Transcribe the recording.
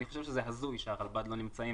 אני חושב שזה הזוי שהרלב"ד לא נמצאים